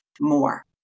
more